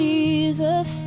Jesus